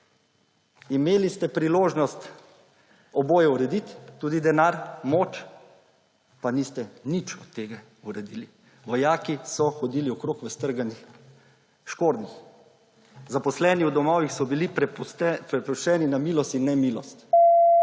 Imeli ste priložnost oboje urediti tudi denar, moč pa niste nič od tega uredili. Vojaki so hodili okrog v strganih škornjih, zaposleni v domovih so bili prepuščeni na milost in nemilost